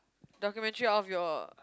documentary out of your